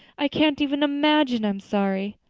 i can't even imagine i'm sorry.